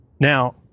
Now